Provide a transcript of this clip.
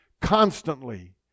constantly